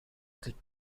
could